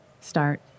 start